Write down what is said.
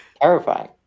terrifying